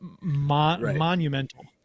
monumental